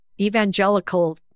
evangelical